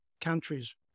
countries